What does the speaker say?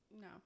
No